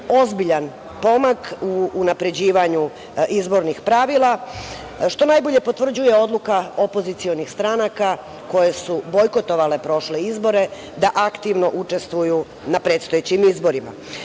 ozbiljan pomak u unapređivanju izbornih pravila, što najbolje potvrđuje odluka opozicionih stranaka koje su bojkotovale prošle izbore da aktivno učestvuju u na predstojećim izborima. Od